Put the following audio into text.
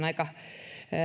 aika